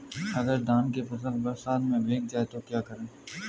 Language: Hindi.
अगर धान की फसल बरसात में भीग जाए तो क्या करें?